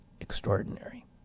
extraordinary